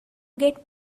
get